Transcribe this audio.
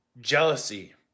jealousy